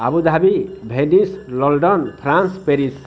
Abu Dhabi Venice London France Paris